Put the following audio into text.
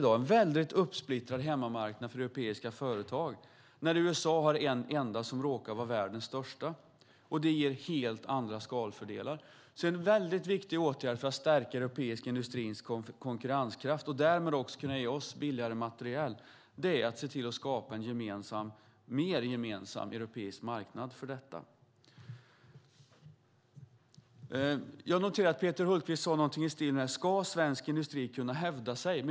Det är en uppsplittrad hemmamarknad för europeiska företag när USA har en enda som råkat vara världens största, och det ger helt andra skalfördelar. En viktig åtgärd för att stärka den europeiska industrins konkurrenskraft och därmed ge oss billigare materiel är att skapa en mer gemensam europeisk marknad för detta. Peter Hultqvist undrade hur svensk industri ska kunna hävda sig.